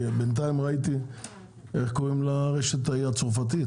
כי בינתיים איך קוראים לרשת ההיא הצרפתית?